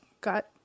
got